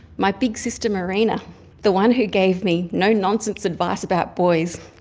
my big sister marina the one who gave me no-nonsense advice about boys,